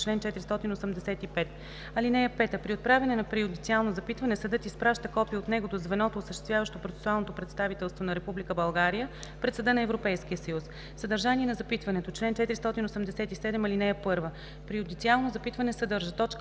чл. 485. (5) При отправяне на преюдициално запитване съдът изпраща копие от него до звеното, осъществяващо процесуалното представителство на Република България пред Съда на Европейския съюз. Съдържание на запитването Чл. 487. (1) Преюдициалното запитване съдържа: